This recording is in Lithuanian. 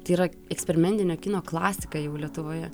tai yra eksperimentinio kino klasika jau lietuvoje